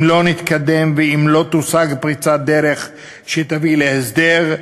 אם לא נתקדם ואם לא תושג פריצת דרך שתביא להסדר,